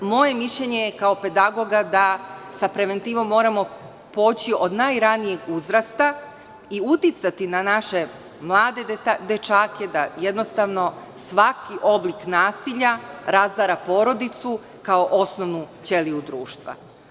Moje mišljenje kao pedagoga je da se preventivom moramo početi od najranijeg uzrasta i uticati na naše mlade dečake da svaki oblik nasilja razara porodicu kao osnovnu ćeliju društva.